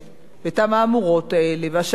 המהמורות האלה ואת השנים הארוכות האלה,